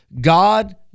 God